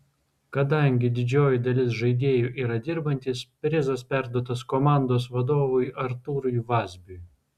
kadangi didžioji dalis žaidėjų yra dirbantys prizas perduotas komandos vadovui artūrui vazbiui